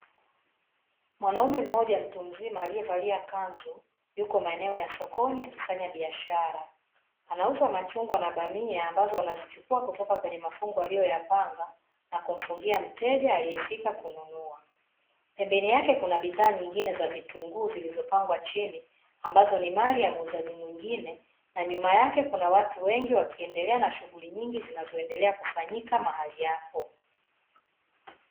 Mwanaume mmoja mtu mzima aliyevalia kanzu, yuko maeneo ya sokoni akifanya biashara. Anauza machungwa na bamia ambazo wanazichukua kutoka kwenye mafungu waliyoyapanga na kumfungia mteja aliyefika kununua. Pembeni yake kuna bidhaa nyingine za vitunguu zilizopangwa chini ambazo ni mali ya muuzaji mwingine, na nyuma yake kuna watu wengi wakiendelea na shughuli nyingi zinazoendelea kufanyika mahali hapo.